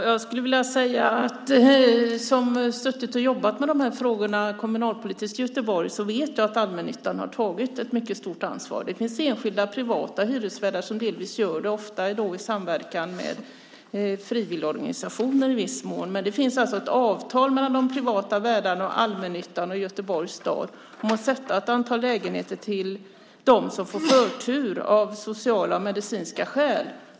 Fru talman! Jag har jobbat med de här frågorna kommunalpolitiskt i Göteborg. Jag vet att allmännyttan har tagit ett mycket stort ansvar. Det finns enskilda privata hyresvärdar som delvis gör det, ofta då i samverkan med frivilligorganisationer. Det finns alltså ett avtal mellan de privata värdarna, allmännyttan och Göteborgs stad om att sätta av ett antal lägenheter till dem som får förtur av sociala och medicinska skäl.